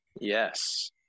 Yes